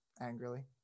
angrily